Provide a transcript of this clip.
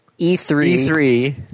E3